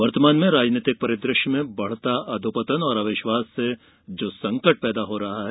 वर्तमान में राजनीतिक परिद्व श्य में बढ़ता अधोपतन और अविश्वास से जो संकट पैदा हो रहा है